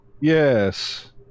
Yes